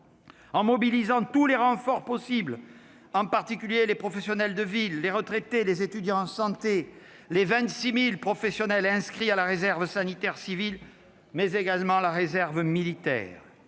en mobilisant tous les renforts possibles, en particulier les professionnels de ville, les retraités, les étudiants en santé, les 26 000 professionnels inscrits à la réserve sanitaire civile, mais également la réserve militaire